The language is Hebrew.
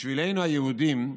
בשבילנו היהודים,